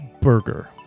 burger